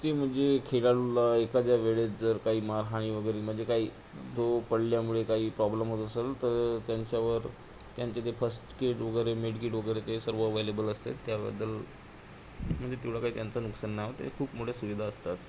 ते म्हणजे खेळाडूला एखाद्या वेळेत जर काही मारहाण वगैरे म्हणजे काही तो पडल्यामुळे काही प्रॉब्लम होत असंल तर त्यांच्यावर त्यांचे ते फर्स्ट कीट वगैरे मेड कीट वगैरे ते सर्व अवेलेबल असत त्याबद्दल म्हणजे तेवढं काही त्यांचं नुकसान नाही होतं ते खूप मोठे सुविधा असतात